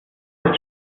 ist